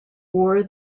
war